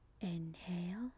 Inhale